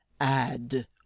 add